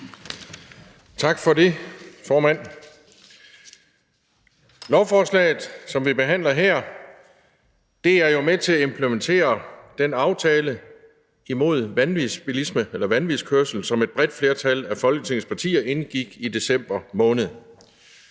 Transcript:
Tak for det, formand. Lovforslaget, som vi behandler her, er jo med til at implementere den aftale imod vanvidskørsel, som et bredt flertal af Folketingets partier indgik i december måned.